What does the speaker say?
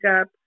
up